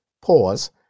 pause